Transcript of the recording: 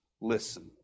listen